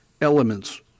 elements